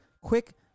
Quick